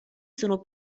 sono